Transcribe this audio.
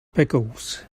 pickles